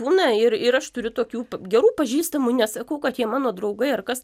būna ir ir aš turiu tokių pa gerų pažįstamų nesakau kad jie mano draugai ar kas